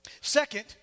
Second